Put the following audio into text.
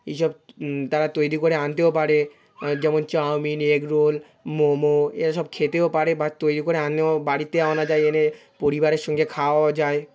এইসব তারা তৈরি করে আনতেও পারে যেমন চাউমিন এগ রোল মোমো এরা সব খেতেও পারে বা তৈরি করে আনেও বাড়িতে আনা যায় এনে পরিবারের সঙ্গে খাওয়াও যায়